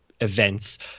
Events